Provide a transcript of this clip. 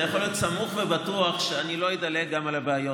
אתה יכול להיות סמוך ובטוח שאני לא אדלג גם על הבעיות.